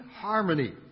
harmony